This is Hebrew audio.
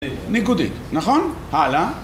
ניגודי, נכון? הלאה,